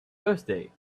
birthday